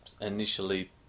initially